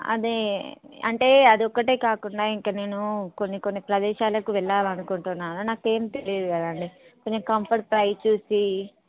అదే అంటే అది ఒక్కటే కాకుండా ఇంకా నేను కొన్ని కొన్ని ప్రదేశాలకు వెళ్ళాలి అనుకుంటున్నాను నాకు ఏమి తెలియదు కదండి మీరు కంఫర్ట్ ప్రైస్ చూసి